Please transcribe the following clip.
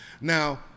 Now